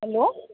hello